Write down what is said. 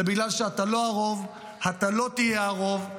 זה בגלל שאתה לא הרוב, אתה לא תהיה הרוב.